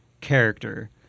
character